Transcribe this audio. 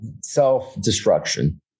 self-destruction